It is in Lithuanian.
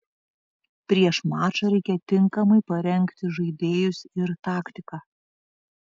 prieš mačą reikia tinkamai parengti žaidėjus ir taktiką